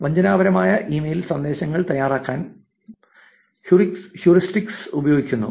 വഞ്ചനാപരമായ email സന്ദേശങ്ങൾ തയ്യാറാക്കാൻ heuristics ഉപയോഗിക്കുന്നു